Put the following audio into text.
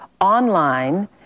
online